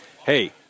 Hey